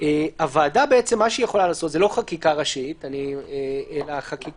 הוועדה יכולה לעשות חקיקת משנה,